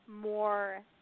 more